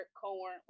corn